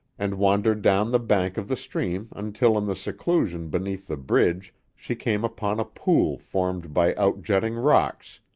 and wandered down the bank of the stream until in the seclusion beneath the bridge she came upon a pool formed by outjutting rocks,